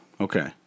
Okay